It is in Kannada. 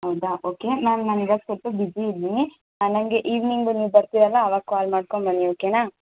ಹೌದಾ ಓಕೆ ಮ್ಯಾಮ್ ನಾನು ಇವಾಗ ಸ್ವಲ್ಪ ಬ್ಯುಸಿ ಇದ್ದೀನಿ ನನಗೆ ಈವ್ನಿಂಗ್ ನೀವು ಬರ್ತೀರಲ್ವ ಅವಾಗ ಕಾಲ್ ಮಾಡ್ಕೊಂಡ್ಬನ್ನಿ ಓಕೆನಾ